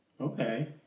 Okay